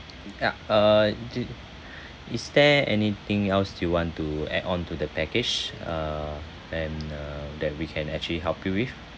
ya uh j~ is there anything else you want to add on to the package uh and uh that we can actually help you with